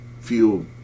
feel